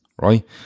right